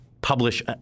publish